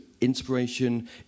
inspiration